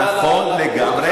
נכון לגמרי,